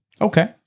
Okay